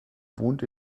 wohnt